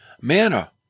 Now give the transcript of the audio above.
manna